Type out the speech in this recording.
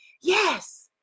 yes